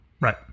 Right